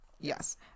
Yes